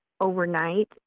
overnight